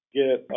get